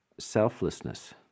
selflessness